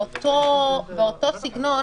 באותו סגנון